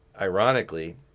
ironically